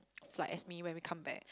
flight as me when we come back